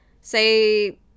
say